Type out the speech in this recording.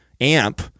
amp